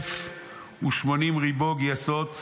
לא, נפקא מינה אם צריך לחזור לתחילת הפרק.